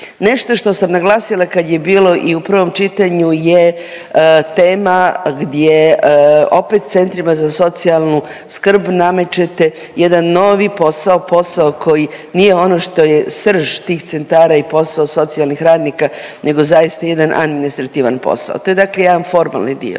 Nešto što sam naglasila kad je bilo i u prvom čitanju je tema gdje opet centrima za socijalnu skrb namećete jedan novi posao, posao koji nije ono što je srž tih centara i posao socijalnih radnika nego zaista jedan administrativan posao. To je dakle jedan formalni dio.